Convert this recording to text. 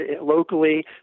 locally